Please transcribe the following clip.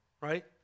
right